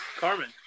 Carmen